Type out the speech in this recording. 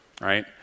right